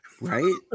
Right